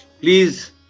Please